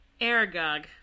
Aragog